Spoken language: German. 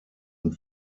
und